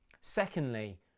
Secondly